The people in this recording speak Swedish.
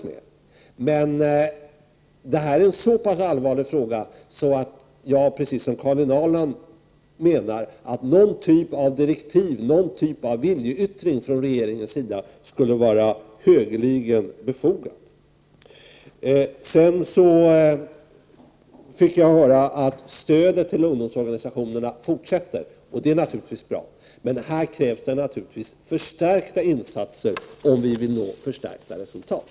Men det här är en så pass allvarlig fråga att jag, precis som Karin Ahrland, menar att det skulle vara högeligen befogat med någon typ av direktiv eller viljeyttring från regeringen. Sedan fick jag höra att stödet till ungdomsorganisationerna fortsätter, och det är naturligtvis bra, men här krävs det förstärkta insatser om vi vill nå förstärkta resultat.